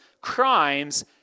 crimes